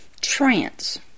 trance